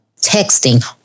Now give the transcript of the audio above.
texting